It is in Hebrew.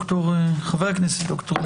חבר הכנסת ד"ר טיבי.